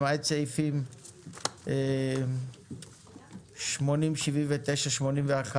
למעט סעיפים 80-79 ו-81(2)